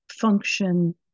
function